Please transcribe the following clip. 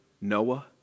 Noah